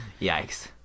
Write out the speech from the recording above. Yikes